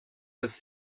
was